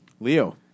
Leo